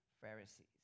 Pharisees